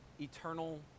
eternal